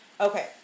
Okay